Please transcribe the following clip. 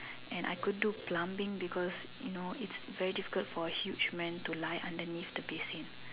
and I could do plumbing because you know it's difficult for huge man to lie underneath the basin